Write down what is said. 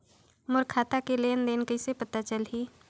मोर खाता के लेन देन कइसे पता चलही?